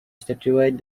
statue